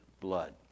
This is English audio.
blood